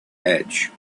edge